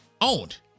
owned